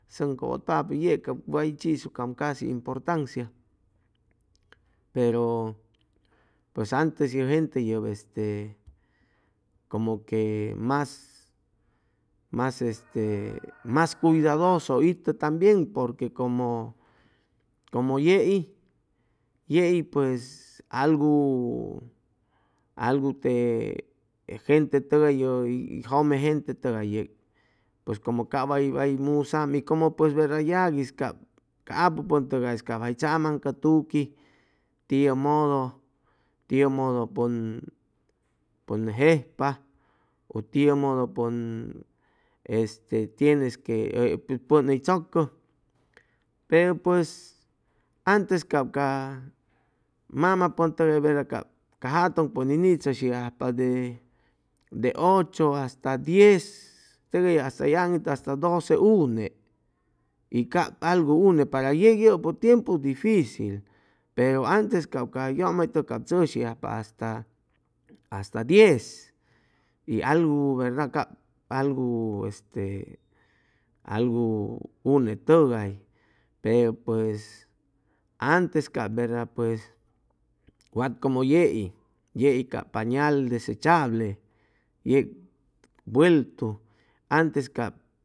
Sʉn cʉwʉtpapʉ yeg way chisucaam casi importancia pero pues antes ye gente yʉp este como que mas mas este cuidadoso itʉ tambien porque como como yei yei pues algu algu te gente tʉgay yʉ jʉme gente tʉgay yeg pues como cap way way musaam y como pues verda yei yaguis cap ca apupʉntʉgais cap jay tzamaŋcʉtuqui tiʉmʉdʉ tiʉmʉdʉ pʉn jejpa u tiʉmʉdʉ pʉn este tienes que pʉn hʉy tzʉcʉ pero pues antes cap ca mama pʉn tʉgay verda ca jatʉŋ pʉn hʉy nitzʉshi ajpa de ocho hasta diez teg eya hasta hʉy aŋitʉ hasta doce une y cap algu une para yeg ye yʉpʉ tiempu dificil pero antes cap ca yʉmaytʉg cap tzʉshi ajpa hasta hasta diez y algu verda cap algu este algu unetʉgay pero pues antes cap verda pues wat como yei yei cap pañal desechable yeg vueltu antes cap